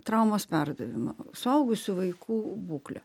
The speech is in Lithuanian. traumos perdavimą suaugusių vaikų būklę